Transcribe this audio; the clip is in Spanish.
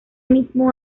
mismo